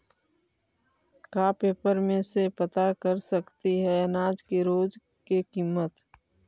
का पेपर में से पता कर सकती है अनाज के रोज के किमत?